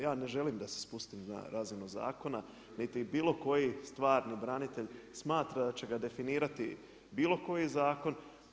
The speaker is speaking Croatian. Ja ne želim da se spustim na razinu zakona, niti bilo koji stvarni branitelj smatra da će ga definirati bilo koji zakon.